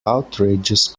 outrageous